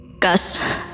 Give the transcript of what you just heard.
Gus